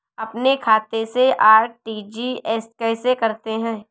अपने खाते से आर.टी.जी.एस कैसे करते हैं?